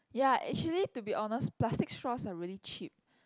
ya actually to be honest plastic straws are really cheap